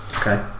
Okay